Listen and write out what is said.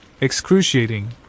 excruciating